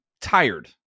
tired